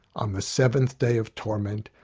on the seventh day of torment,